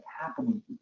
happening